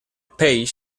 page